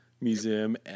museum